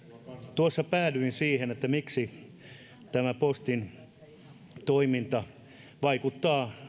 tuossa päädyin siihen että tämä postin toiminta vaikuttaa